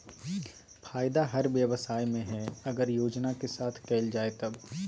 फायदा हर व्यवसाय में हइ अगर योजना के साथ कइल जाय तब